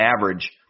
average